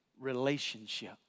relationship